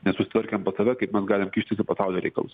nesutvarkėm pas save kaip mes galim kištis į pasaulio reikalus